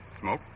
Smoke